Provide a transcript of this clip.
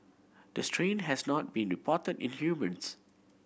the strain has not been reported in humans